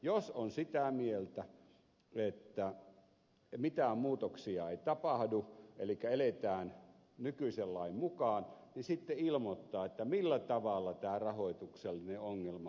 jos on sitä mieltä että mitään muutoksia ei tapahdu elikkä eletään nykyisen lain mukaan niin sitten ilmoittaa millä tavalla tämä rahoituksellinen ongelma hoidetaan